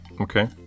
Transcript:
Okay